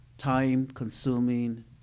time-consuming